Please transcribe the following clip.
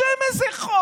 בשם איזה חוק?